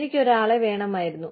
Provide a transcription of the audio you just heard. എനിക്ക് ഒരാളെ വേണമായിരുന്നു